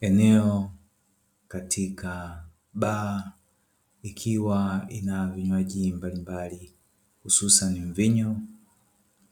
Eneo katika baa ikiwa ina vinywaji mbalimbali hususani mvinyo,